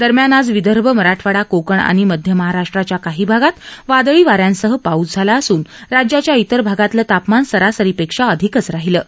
दरम्यान आज विदर्भ मराठवाडा कोकण आणि मध्यमहाराष्ट्राच्या काही भागांत वादळी वाऱ्यांसह पाऊस झाला असून राज्याच्या तिर भागातलं तापमान सरासरीपेक्षा अधिकच राहिलं आहे